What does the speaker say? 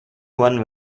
one